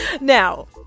Now